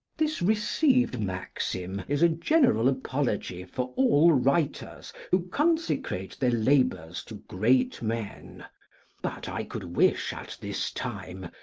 this received maxim is a general apology for all writers who consecrate their labours to great men but i could wish, at this time,